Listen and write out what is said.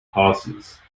passes